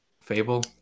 Fable